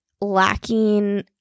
lacking